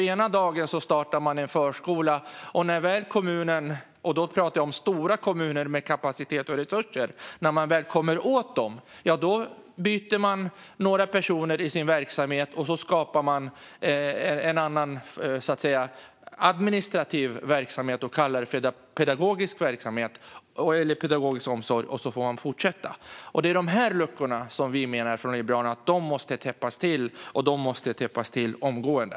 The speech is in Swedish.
Ena dagen startar de en förskola, och när kommunen - då talar jag om stora kommuner med kapacitet och resurser - väl kommer åt dem byter de några personer i sin verksamhet, skapar en annan administrativ verksamhet och kallar det för pedagogisk verksamhet eller pedagogisk omsorg och får sedan fortsätta. Det är dessa luckor som vi från Liberalerna menar måste täppas till, och de måste täppas till omgående.